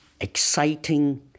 exciting